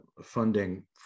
funding